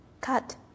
cut